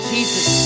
Jesus